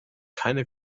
keine